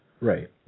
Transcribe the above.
Right